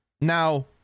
Now